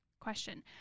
question